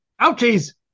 Ouchies